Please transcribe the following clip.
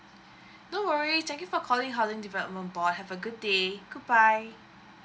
no worries thank you for calling housing development board have a good day good bye